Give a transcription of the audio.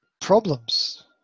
problems